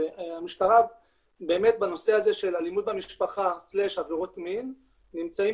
המשטרה באמת בנושא הזה של אלימות במשפחה/עבירות מין נמצאים